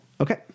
Okay